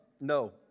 No